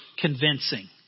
convincing